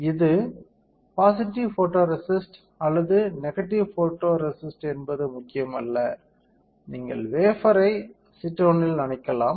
இது positive photoresist அல்லது negative photoresist என்பது முக்கியமல்ல நீங்கள் வேஃபர்ரை அசிட்டோனில் நனைக்கலாம்